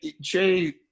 Jay